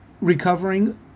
recovering